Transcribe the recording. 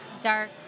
dark